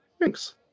Thanks